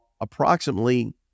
approximately